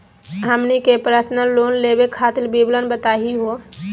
हमनी के personal loan लेवे खातीर विवरण बताही हो?